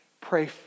pray